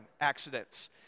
accidents